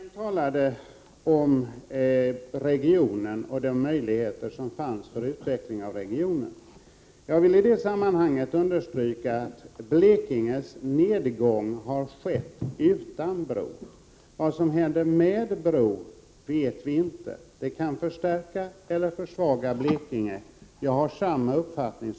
Herr talman! Lars-Erik Lövdén talade om möjligheterna till utveckling i den aktuella regionen. Jag vill i detta sammanhang understryka att nedgången i Blekinge har skett i en situation där det inte finns någon bro. Vad som händer om det finns en bro vet vi inte.